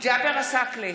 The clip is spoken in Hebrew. ג'אבר עסאקלה,